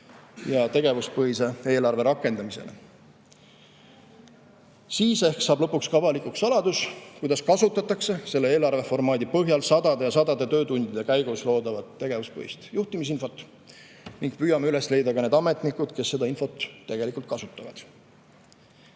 ja tegevuspõhise eelarve rakendamisele. Siis ehk saab lõpuks ka avalikuks saladus, kuidas kasutatakse selle eelarveformaadi põhjal sadade ja sadade töötundide käigus loodavat tegevuspõhist juhtimisinfot, ning püüame üles leida ka ametnikud, kes seda infot tegelikult kasutavad.